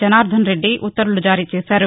జనార్థనరెద్ది ఉత్తర్వులు జారీచేశారు